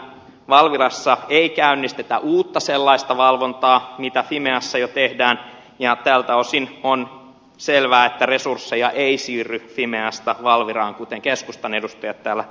valvirassa ei käynnistetä sellaista uutta valvontaa jota fimeassa jo tehdään ja tältä osin on selvää että resursseja ei siirry fimeasta valviraan kuten keskustan edustajat täällä huolivat